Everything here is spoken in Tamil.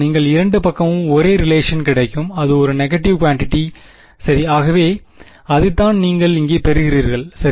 நீங்கள் இரண்டு பக்கமும் ஒரே ரிலேஷன் கிடைக்கும் அது ஒரு நெகடிவ் குவான்டிட்டி சரி ஆகவே அதைதான் நீங்கள் இங்கே பெறுகிறீர்கள் சரி